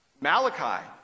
Malachi